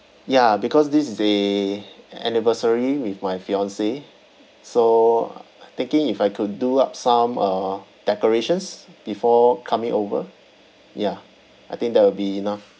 ya because this is a anniversary with my fiancee so I'm thinking if I could do up some uh decorations before coming over ya I think that will be enough